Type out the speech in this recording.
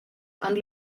han